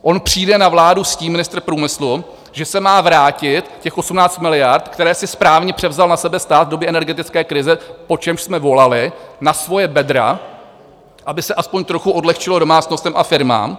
On přijde na vládu s tím ministr průmyslu že se má vrátit těch 18 miliard, které si správně převzal na sebe stát v době energetické krize, po čemž jsme volali, na svoje bedra, aby se aspoň trochu odlehčilo domácnostem a firmám.